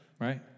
right